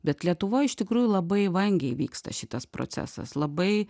bet lietuvoj iš tikrųjų labai vangiai vyksta šitas procesas labai